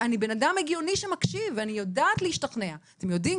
ואני בן אדם הגיוני שמקשיב ואני יודעת להשתכנע אתם יודעים,